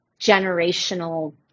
generational